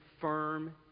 firm